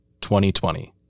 2020